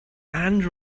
and